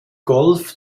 golf